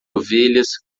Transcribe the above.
ovelhas